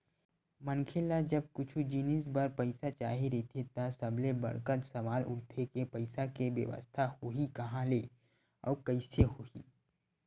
मनखे ल जब कुछु जिनिस बर पइसा चाही रहिथे त सबले बड़का सवाल उठथे के पइसा के बेवस्था होही काँहा ले अउ कइसे होही